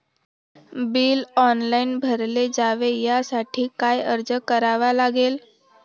Bill online भरले जावे यासाठी काय अर्ज करावा लागेल?